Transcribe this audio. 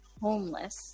homeless